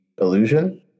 illusion